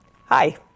Hi